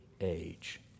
age